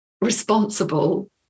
responsible